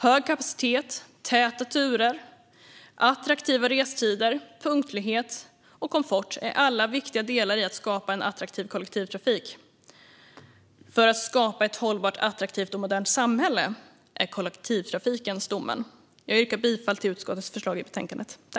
Hög kapacitet, täta turer, attraktiva restider, punktlighet och komfort är alla viktiga delar i att skapa en attraktiv kollektivtrafik. För att skapa ett hållbart, attraktivt och modernt samhälle är kollektivtrafiken stommen. Jag yrkar bifall till utskottets förslag i betänkandet.